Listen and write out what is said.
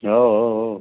हो हो हो